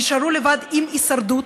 נשארו לבד עם הישרדות,